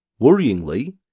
worryingly